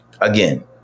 again